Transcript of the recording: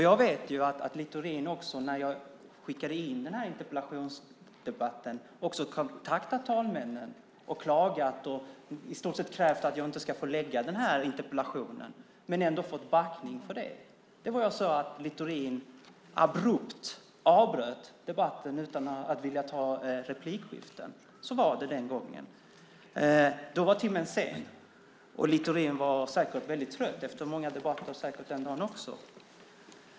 Jag vet att Littorin när jag skickade in interpellationen kontaktade talmännen och klagade. Han krävde i stort sett att jag inte skulle få ställa interpellationen, men han fick backning på det. Littorin avbröt debatten abrupt förra gången utan att vilja göra fler inlägg. Då var timmen sen och Littorin var säkert väldigt trött efter många debatter också den dagen.